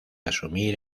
asumir